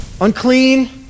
Unclean